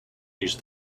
use